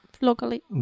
locally